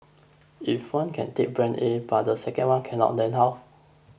if one can take brand A but the second one cannot then how